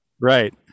Right